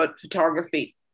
photography